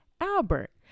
Albert